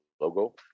Logo